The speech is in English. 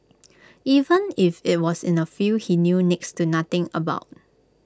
even if IT was in A field he knew next to nothing about